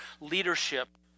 leadership